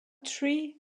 three